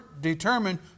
determined